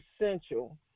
essential